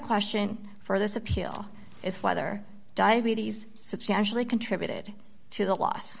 question for this appeal is whether diabetes substantially contributed to the l